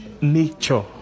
nature